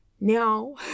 Now